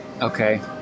Okay